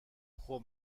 خوب